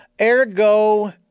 ergo